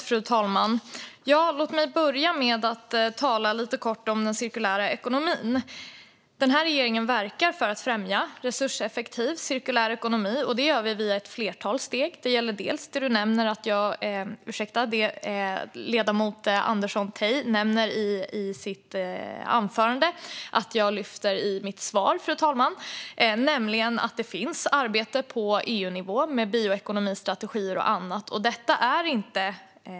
Fru talman! Låt mig börja med att tala lite kort om den cirkulära ekonomin. Den här regeringen verkar för att främja resurseffektiv cirkulär ekonomi, och det gör vi via ett flertal steg. Det gäller bland annat vad ledamoten Andersson Tay nämnde i sitt anförande, nämligen att jag i mitt svar tog upp att det sker arbete på EU-nivå i fråga om bioekonomi, strategi och annat.